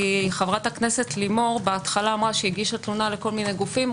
כי בהתחלה חברת הכנסת לימור אמרה שהיא הגישה תלונה לכל מיני גופים,